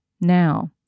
Now